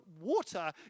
water